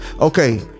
Okay